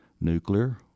nuclear